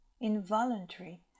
involuntary